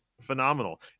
phenomenal